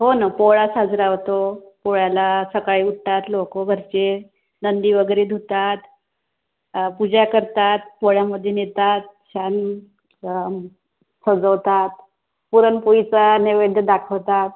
हो नं पोळा साजरा होतो पोळ्याला सकाळी उठतात लोकं घरचे नंदी वगैरे धुतात पूजा करतात पोळ्यामध्ये नेतात छान सजवतात पुरणपोळीचा नैवेद्य दाखवतात